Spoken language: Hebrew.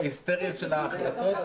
הישיבה ננעלה בשעה 18:11.